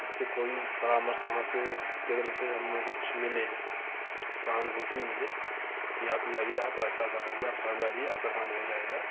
जिससे कोई परामर्श वहाँ से केंद्र से हम लोगों को कुछ मिले सहानुभूति मिले कि आपके जाइए आप ऐसा ऐसा करिए आप फारम डालिए आपका काम हो जाएगा